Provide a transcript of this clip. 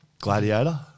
Gladiator